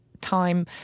time